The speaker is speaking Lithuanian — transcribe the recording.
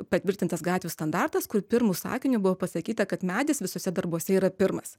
patvirtintas gatvių standartas kur pirmu sakiniu buvo pasakyta kad medis visuose darbuose yra pirmas